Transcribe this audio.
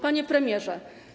Panie Premierze!